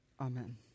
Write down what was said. amen